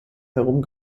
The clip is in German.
herum